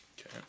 Okay